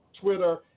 Twitter